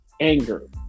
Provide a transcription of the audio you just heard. anger